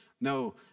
No